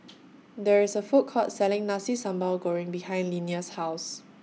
There IS A Food Court Selling Nasi Sambal Goreng behind Linnea's House